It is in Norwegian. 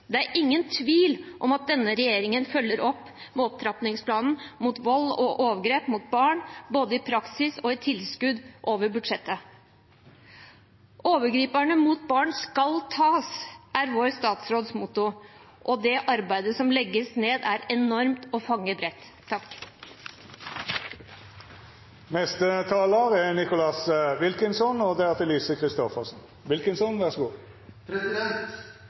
Det er ingen tvil om at denne regjeringen følger opp opptrappingsplanen mot vold og overgrep mot barn både i praksis og i tilskudd over budsjettet. Overgriperne mot barn skal tas, er vår statsråds motto, og det arbeidet som legges ned, er enormt og favner bredt. Nå skal jeg si det jeg synes vi sier litt for sjelden her på huset, og det er